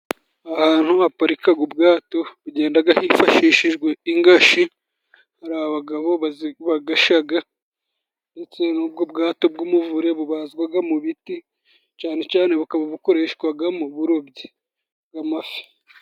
Ahantu baparikaga ubwato bugendaga hifashishijwe ingashi, hari abagabo bagashaga ndetse n'ubwo bwato bw'umuvure bubazwaga mu biti, cane cane bukaba bukoreshwaga mu burobyi bw'amafi.